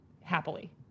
happily